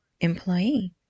employee